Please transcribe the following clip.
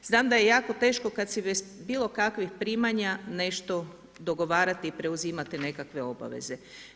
Znam da je jako teško kad si bez bilo kakvih primanja nešto dogovarati i preuzimati nekakve obaveze.